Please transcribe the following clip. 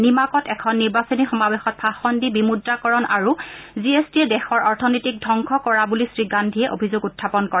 নিমাকত এখন নিৰ্বাচনী সমাৱেশত ভাষণ দি বিমূদ্ৰাকৰণ আৰু জি এছ টিয়ে দেশৰ অৰ্থনীতিক ধবংস কৰা বুলি শ্ৰীগান্ধীয়ে অভিযোগ উখাপন কৰে